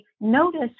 notice